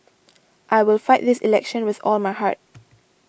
I will fight this election with all my heart